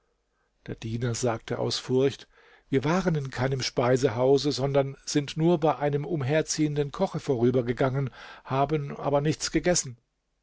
der diener sagte aus furcht wir waren in keinem speisehause sondern sind nur bei einem umherziehenden koche vorübergegangen haben aber nichts gegessen